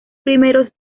primeros